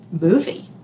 movie